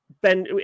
Ben